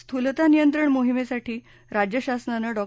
स्थूलता नियंत्रण मोहिमेसाठी राज्य शासनानं डॉ